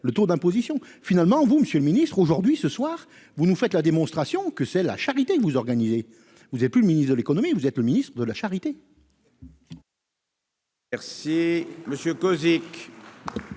le taux d'imposition finalement vous monsieur le ministre, aujourd'hui, ce soir, vous nous faites la démonstration que c'est la charité de vous organisez, vous avez plus le ministre de l'économie, vous êtes le ministre de la charité.